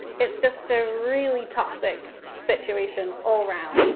it's just a really toxic situation all round.